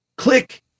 click